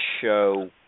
show